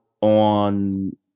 on